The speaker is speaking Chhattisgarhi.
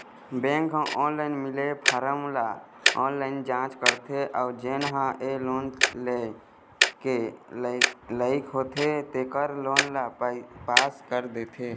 बेंक ह ऑनलाईन मिले फारम ल ऑनलाईन जाँच करथे अउ जेन ह ए लोन लेय के लइक होथे तेखर लोन ल पास कर देथे